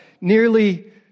nearly